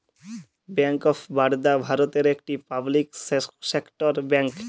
bank of Baroda ভারতের একটি public sector bank